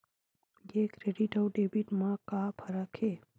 ये क्रेडिट आऊ डेबिट मा का फरक है?